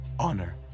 honor